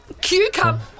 Cucumber